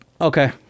Okay